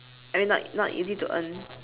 I mean not not easy to earn